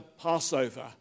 Passover